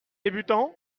débutants